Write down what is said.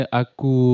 aku